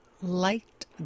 liked